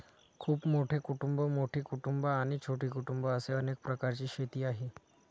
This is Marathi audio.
खूप मोठी कुटुंबं, मोठी कुटुंबं आणि छोटी कुटुंबं असे अनेक प्रकारची शेती आहे